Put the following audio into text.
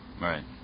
Right